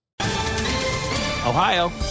Ohio